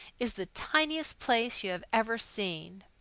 is the tiniest place you have ever seen.